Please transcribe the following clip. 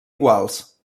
iguals